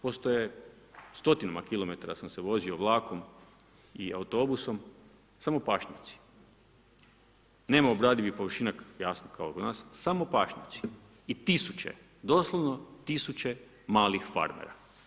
Postoje stotinama kilometra sam se vozio vlakom i autobusom, samo pašnjaci, nema obradivih površina, jasno kao kod nas, samo pašnjaci i tisuće, doslovno tisuće malih farmera.